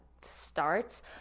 starts